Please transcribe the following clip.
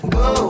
go